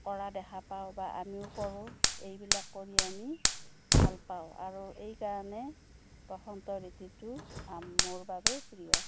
কৰা দেখা পাওঁ বা আমিও কৰোঁ এইবিলাক কৰি আমি ভাল পাওঁ আৰু এইকাৰণে বসন্ত ঋতুটো মোৰ বাবে প্ৰিয়